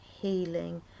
healing